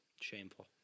Shameful